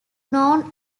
known